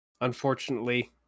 Unfortunately